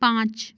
पाँच